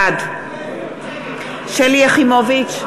בעד שלי יחימוביץ,